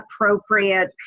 appropriate